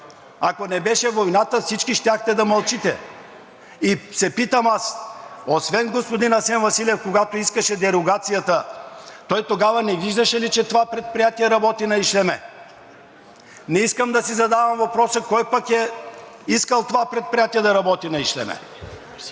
Ако не беше войната, всички щяхте да мълчите! И се питам аз: господин Асен Василев, когато искаше дерогацията, тогава не виждаше ли, че това предприятие работи на ишлеме? Не искам да си задавам въпроса: кой пък е искал това предприятие да работи на ишлеме? За